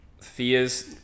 fears